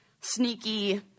sneaky